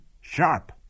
sharp